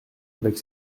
avec